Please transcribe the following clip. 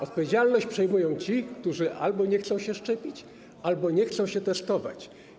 Odpowiedzialność przejmują ci, którzy albo nie chcą się szczepić, albo nie chcą się testować.